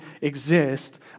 exist